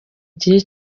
gihe